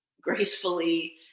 gracefully